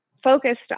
focused